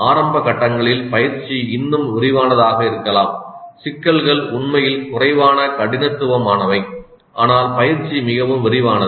ஆரம்ப கட்டங்களில் பயிற்சி இன்னும் விரிவானதாக இருக்கலாம் சிக்கல்கள் உண்மையில் குறைவான கடினத்துவ மானவை ஆனால் பயிற்சி மிகவும் விரிவானது